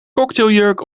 cocktailjurk